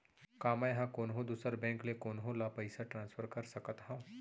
का मै हा कोनहो दुसर बैंक ले कोनहो ला पईसा ट्रांसफर कर सकत हव?